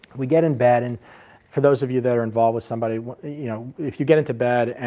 we get in bed and for those of you that are involved with somebody, you know if you get into bed, and